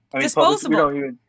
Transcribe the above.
Disposable